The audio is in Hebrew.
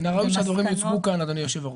מן הראוי שהדברים יוצגו כאן, אדוני היושב-ראש.